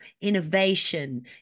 innovation